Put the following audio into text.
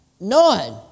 none